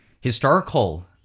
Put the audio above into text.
historical